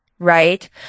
Right